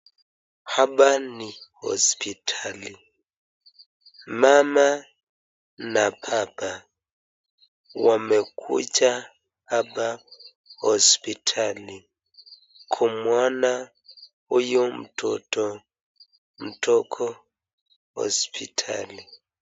Hapa ni hospitali. Mama na baba wamekuja hapa hosipitali kumuona huyu mtoto mdogo hospitali.